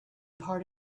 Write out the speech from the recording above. part